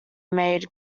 made